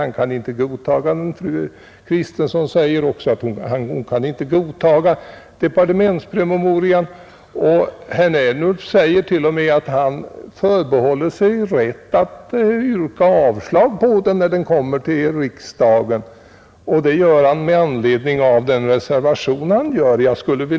Herr Ernulf och fru Kristensson säger att de inte kan godta den departementspromemorian, och herr Ernulf sade t.o.m. att han med anledning av den reservation han avgivit förbehåller sig rätten att yrka avslag när ärendet kommer till riksdagen.